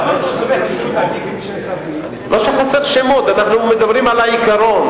לא שחסר שמות, אנחנו מדברים על העיקרון.